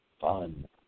fun